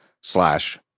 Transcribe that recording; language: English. slash